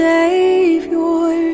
Savior